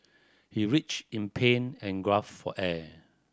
he in pain and for air